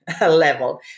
level